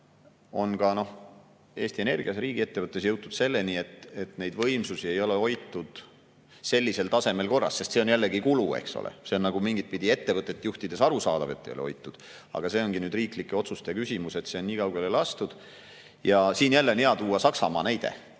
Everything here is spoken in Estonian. on ka Eesti Energias, riigiettevõttes, jõutud selleni, et neid võimsusi ei ole hoitud sellisel tasemel korras, sest see on jällegi kulu, eks ole. See on nagu mingitpidi ettevõtte juhtimise mõttes arusaadav, et ei ole hoitud. Aga see ongi olnud riiklike otsuste küsimus, et see on nii kaugele lastud. Siin on jälle hea tuua Saksamaa näide.